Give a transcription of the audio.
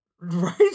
Right